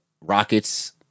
Rockets